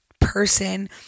person